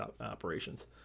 operations